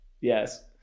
Yes